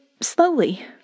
slowly